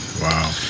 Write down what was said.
Wow